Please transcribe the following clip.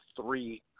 three